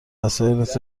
وسایلت